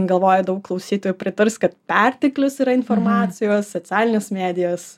galvoja daug klausytojų pritars kad perteklius yra informacijos socialinės medijos